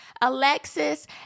Alexis